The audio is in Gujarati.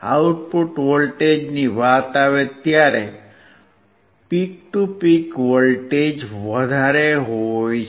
આઉટપુટ વોલ્ટેજની વાત આવે ત્યારે પીક ટુ પીક વોલ્ટેજ વધારે હોય છે